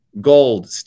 gold